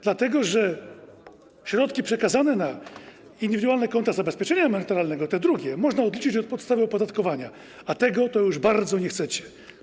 Dlatego że środki przekazane na indywidualne konta zabezpieczenia emerytalnego, te drugie, można odliczyć od podstawy opodatkowania, a tego to już bardzo nie chcecie.